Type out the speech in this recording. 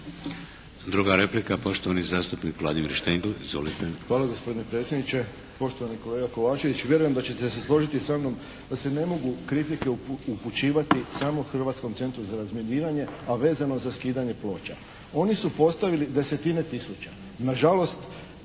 Druga replika, poštovani zastupnik Vladimir Štengl. Izvolite.